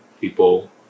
people